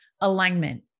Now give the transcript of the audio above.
alignment